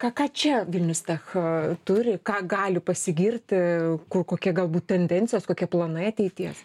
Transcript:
ką ką čia vilnius tech turi ką gali pasigirti kokie galbūt tendencijos kokie planai ateities